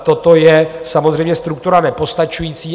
Toto je samozřejmě struktura nepostačující.